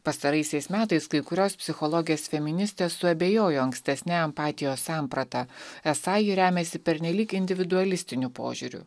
pastaraisiais metais kai kurios psichologės feministės suabejojo ankstesne empatijos samprata esą ji remiasi pernelyg individualistiniu požiūriu